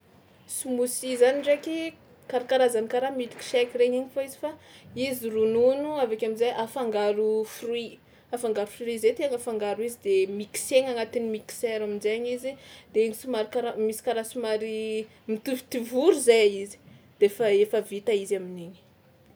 Smoothie zany ndraiky karakarazan'ny karaha milk shake regny igny fao izy fa izy ronono avy ake am'zay afangaro fruit afangaro fruit zay tegna afangaro izy de miksegna agnatin'ny miksera amin-jainy izy de iny soma- karaha misy karaha somary mitovitovory zay izy de fa efa vita izy amin'igny.